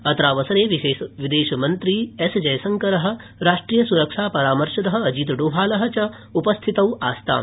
अत्रावसरे विदेशमंत्री एस जयशंकर राष्ट्रीय स्रक्षा परामर्शद अजितडोभाल च उपस्थितौ आस्ताम्